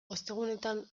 ostegunetan